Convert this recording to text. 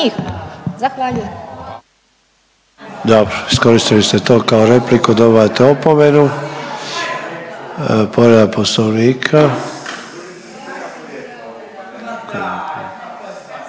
Dobro, iskoristili ste to kao repliku, dobivate opomenu. Povreda Poslovnika,